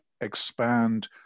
expand